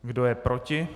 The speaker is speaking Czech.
Kdo je proti?